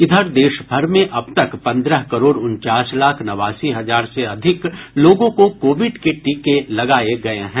इधर देशभर में अब तक पन्द्रह करोड़ उनचास लाख नवासी हजार से अधिक लोगों को कोविड के टीके लगाये गये हैं